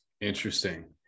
Interesting